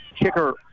kicker